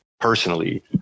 personally